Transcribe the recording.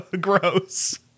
Gross